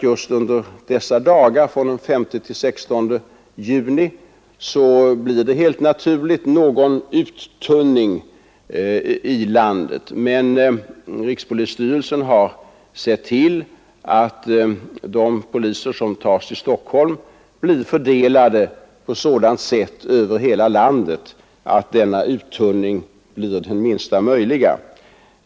Just under dessa dagar, från den 5 till den 16 juni, blir det helt naturligt någon uttunning i landet, men rikspolisstyrelsen har sett till att de poliser som tas till Stockholm tas från hela landet och att fördelningen sker på ett sådant sätt att uttunningen blir minsta möjliga.